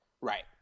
Right